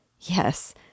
Yes